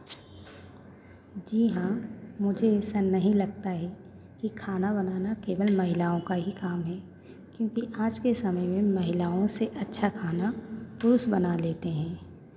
जी हाँ मुझे ऐसा नहीं लगता है कि खाना बनाना केवल महिलाओं का ही काम है क्योंकि आज के समय में महिलाओं से अच्छा खाना पुरुष बना लेते हैं